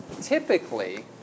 Typically